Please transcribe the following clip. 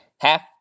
half